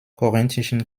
korinthischen